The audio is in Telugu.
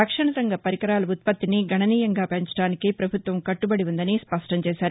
రక్షణ రంగ పరికరాల ఉత్పత్తిని గణనీయంగా పెంచడానికి ప్రభుత్వం కట్లబడి ఉందని స్పష్టం చేశారు